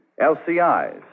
LCIs